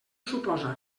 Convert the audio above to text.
suposa